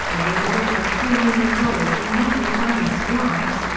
awarded over three million dollars in microfinance grants,